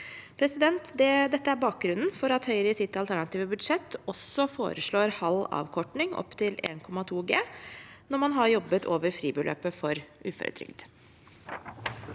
økonomi. Dette er bakgrunnen for at Høyre i sitt alternative budsjett også foreslår halv avkorting opp til 1,2 G, når man har jobbet over fribeløpet for uføretrygd.